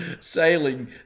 sailing